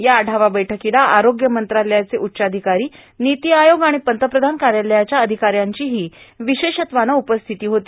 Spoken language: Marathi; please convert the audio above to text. या आढावा बैठकीला आरोग्य मंत्रालयाचे उच्चाधिकारी नीती आयोग आणि पंतप्रधान कार्यालयाच्या अधिकाऱ्यांचीही विशेषत्वानं उपस्थिती होती